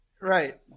right